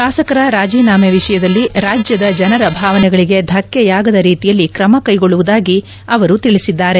ಶಾಸಕರ ರಾಜಿನಾಮೆ ವಿಷಯದಲ್ಲಿ ರಾಜ್ಯದ ಜನರ ಭಾವನೆಗಳಿಗೆ ಧಕ್ಕೆಯಾಗದ ರಿತಿಯಲ್ಲಿ ಕ್ರಮ ಕೈಗೊಳ್ಳುವುದಾಗಿ ಅವರು ತಿಳಿಸಿದ್ದಾರೆ